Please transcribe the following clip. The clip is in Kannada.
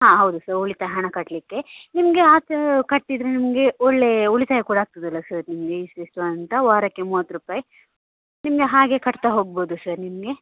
ಹಾಂ ಹೌದು ಸರ್ ಉಳಿತಾಯ ಹಣ ಕಟ್ಟಲಿಕ್ಕೆ ನಿಮಗೆ ಕಟ್ಟಿದರೆ ನಿಮಗೆ ಒಳ್ಳೆಯ ಉಳಿತಾಯ ಕೂಡ ಆಗ್ತದಲ್ಲ ಸರ್ ನಿಮಗೆ ಇಷ್ಟಿಷ್ಟು ಅಂತ ವಾರಕ್ಕೆ ಮೂವತ್ತು ರೂಪಾಯಿ ನಿಮಗೆ ಹಾಗೆ ಕಟ್ತಾ ಹೋಗ್ಬೌದು ಸರ್ ನಿಮಗೆ